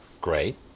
Great